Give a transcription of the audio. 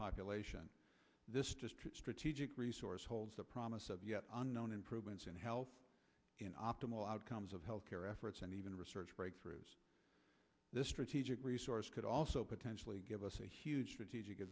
population this just strategic resource holds the promise of yet unknown improvements in health in optimal outcomes of health care efforts and even research breakthroughs this strategic resource could also potentially give us a huge